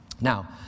Now